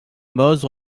moses